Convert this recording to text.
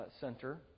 center